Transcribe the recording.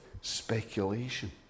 speculation